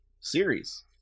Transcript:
series